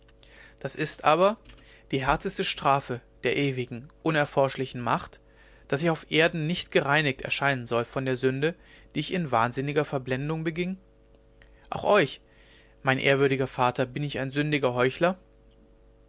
das ist aber die härteste strafe der ewigen unerforschlichen macht daß ich auf erden nicht gereinigt erscheinen soll von der sünde die ich in wahnsinniger verblendung beging auch euch mein ehrwürdiger vater bin ich ein sündiger heuchler